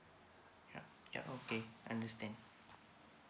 ya ya okay understand